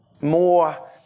more